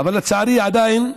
אבל לצערי, עדיין,